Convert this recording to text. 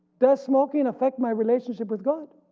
does smoking affect my relationship with god?